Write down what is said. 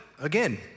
Again